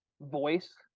voice